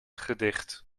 gedicht